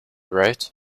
right